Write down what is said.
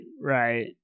right